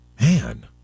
man